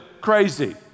crazy